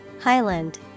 Highland